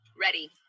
Ready